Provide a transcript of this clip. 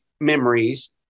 memories